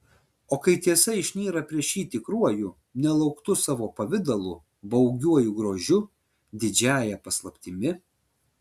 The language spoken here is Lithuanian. o kai tiesa išnyra prieš jį tikruoju nelauktu savo pavidalu baugiuoju grožiu didžiąja paslaptimi